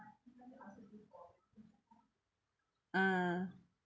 uh